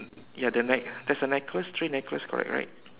ya the neck there is a necklace three necklace correct right